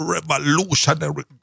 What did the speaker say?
Revolutionary